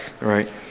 Right